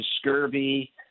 scurvy